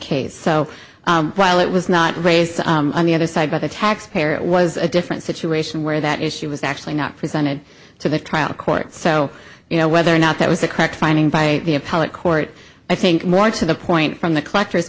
case so while it was not raised on the other side by the taxpayer it was a different situation where that issue was actually not presented to the trial court so you know whether or not that was a correct finding by the appellate court i think more to the point from the collectors